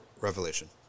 revelation